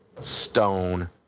stone